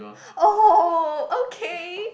oh okay